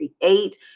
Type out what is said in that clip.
create